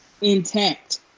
intact